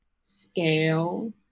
scale